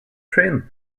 train